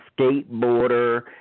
skateboarder